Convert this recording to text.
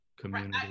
community